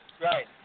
Right